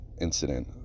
incident